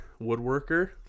woodworker